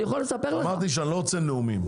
אני יכול לספר לך --- אמרתי שאני לא רוצה נאומים.